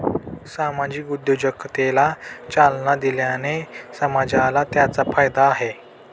सामाजिक उद्योजकतेला चालना दिल्याने समाजाला त्याचा फायदा आहे